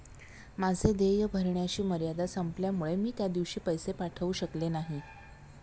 माझे देय भरण्याची मर्यादा संपल्यामुळे मी त्या दिवशी पैसे पाठवू शकले नाही